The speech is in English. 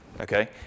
Okay